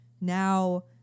now